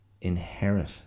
inherit